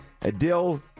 Adil